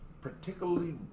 particularly